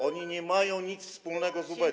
Oni nie mają nic wspólnego z ubecją.